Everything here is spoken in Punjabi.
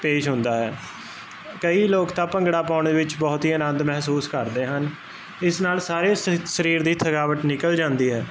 ਪੇਸ਼ ਹੁੰਦਾ ਹੈ ਕਈ ਲੋਕ ਤਾਂ ਭੰਗੜਾ ਪਾਉਣ ਦੇ ਵਿੱਚ ਬਹੁਤ ਹੀ ਆਨੰਦ ਮਹਿਸੂਸ ਕਰਦੇ ਹਨ ਇਸ ਨਾਲ ਸਾਰੇ ਸਰੀਰ ਦੀ ਥਕਾਵਟ ਨਿਕਲ ਜਾਂਦੀ ਹੈ